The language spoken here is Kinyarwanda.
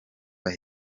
reka